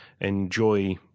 enjoy